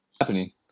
Happening